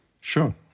Sure